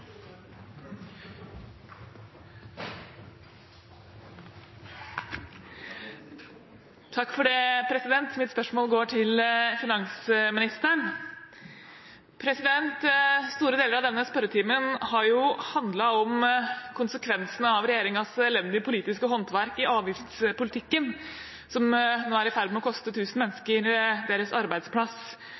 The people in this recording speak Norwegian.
finansministeren. Store deler av denne spørretimen har handlet om konsekvensen av regjeringens elendige politiske håndverk i avgiftspolitikken, som nå er i ferd med å koste tusen mennesker deres arbeidsplass,